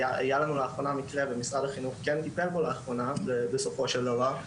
היה לנו לאחרונה מקרה ומשרד החינוך כן טיפל בו בסופו של דבר,